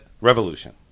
Revolution